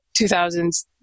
2000s